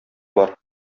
бар